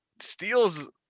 steals